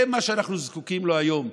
זה מה שאנחנו זקוקים לו היום.